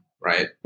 Right